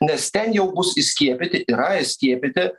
nes ten jau bus įskiepyti yra įskiepyti